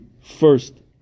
first